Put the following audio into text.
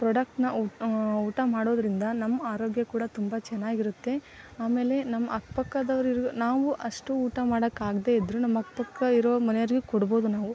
ಪ್ರಾಡಕ್ಟನ್ನ ಊಟ ಮಾಡೋದರಿಂದ ನಮ್ಮ ಆರೋಗ್ಯ ಕೂಡ ತುಂಬ ಚೆನ್ನಾಗಿರುತ್ತೆ ಆಮೇಲೆ ನಮ್ಮ ಅಕ್ಪಕ್ಕದವ್ರು ಇರು ನಾವು ಅಷ್ಟು ಊಟ ಮಾಡಕಾಗ್ದೆ ಇದ್ರು ನಮ್ಮ ಅಕ್ಕಪಕ್ಕ ಇರೋ ಮನೆಯವರಿಗೆ ಕೊಡ್ಬೋದು ನಾವು